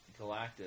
Galactus